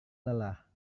lelah